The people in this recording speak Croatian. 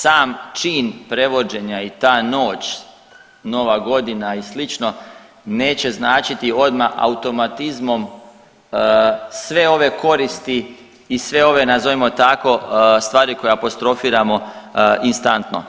Sam čin prevođenja i ta noć, nova godina i slično neće značiti odmah automatizmom sve ove koristi i sve ove nazovimo tako stvari koje apostrofiramo instantno.